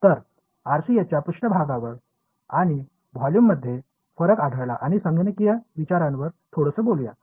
तर आरसीएसच्या पृष्ठभागावर आणि व्हॉल्यूममध्ये फरक आढळला आणि संगणकीय विचारांवर थोडस बोलुया